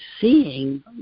seeing